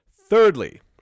Thirdly